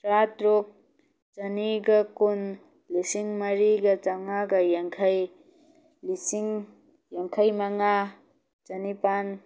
ꯇꯔꯥ ꯇꯔꯨꯛ ꯆꯅꯤꯒ ꯀꯨꯟ ꯂꯤꯁꯤꯡ ꯃꯔꯤꯒ ꯆꯥꯝꯃꯉꯥꯒ ꯌꯥꯡꯈꯩ ꯂꯤꯁꯤꯡ ꯌꯥꯡꯈꯩ ꯃꯉꯥ ꯆꯅꯤꯄꯥꯜ